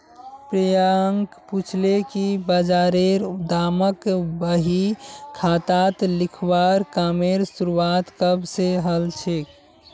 प्रियांक पूछले कि बजारेर दामक बही खातात लिखवार कामेर शुरुआत कब स हलछेक